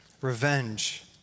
revenge